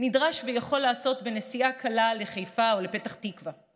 נדרש ויכול לעשות בנסיעה קלה לחיפה או לפתח תקווה.